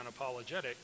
unapologetic